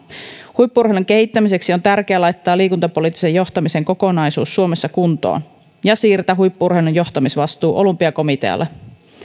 huippu urheilun kehittämiseksi on tärkeää laittaa liikuntapoliittisen johtamisen kokonaisuus suomessa kuntoon ja siirtää huippu urheilun johtamisvastuu olympiakomitealle